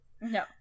No